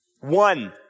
One